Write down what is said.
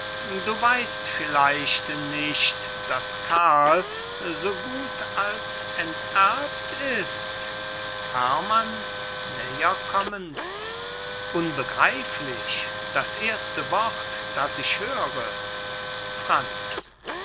du weist vielleicht nicht daß karl so gut als enterbt ist herrmann näher kommend unbegreiflich das erste wort das ich höre franz